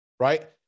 right